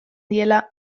diela